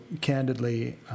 candidly